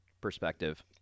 perspective